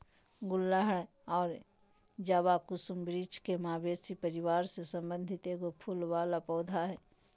गुड़हल और जवाकुसुम वृक्ष के मालवेसी परिवार से संबंधित एगो फूल वला पौधा हइ